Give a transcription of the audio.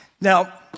Now